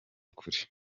kure